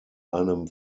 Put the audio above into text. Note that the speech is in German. einem